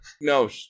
No